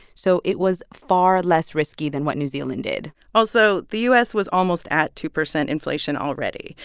so it was far less risky than what new zealand did also, the u s. was almost at two percent inflation already.